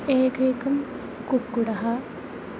एकैकं कुक्कुटः